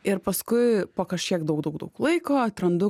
ir paskui po kažkiek daug daug daug laiko atrandu